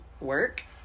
work